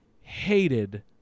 hated